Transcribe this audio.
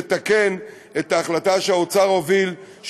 לתקן את ההחלטה שהאוצר הוביל,